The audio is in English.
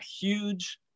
huge